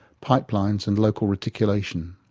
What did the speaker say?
pipelines and local reticulation.